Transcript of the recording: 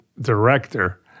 director